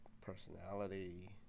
personality